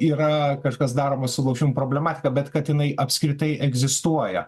yra kažkas daroma su lošimų problematika bet kad jinai apskritai egzistuoja